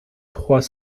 trois